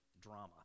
drama